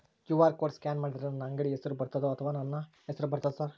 QR code scan ಮಾಡಿದರೆ ನನ್ನ ಅಂಗಡಿ ಹೆಸರು ಬರ್ತದೋ ಅಥವಾ ನನ್ನ ಹೆಸರು ಬರ್ತದ ಸರ್?